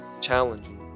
challenging